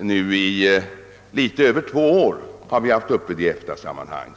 I litet över två år har vi nu haft denna fråga uppe i EFTA-sammanhang.